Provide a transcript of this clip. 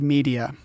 Media